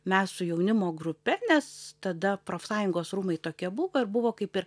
mes su jaunimo grupe nes tada profsąjungos rūmai tokie buvo ir buvo kaip ir